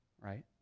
right